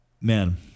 Man